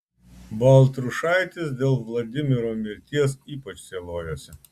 baltrušaitis dėl vladimiro mirties ypač sielojosi